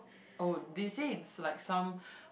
oh they say it's like some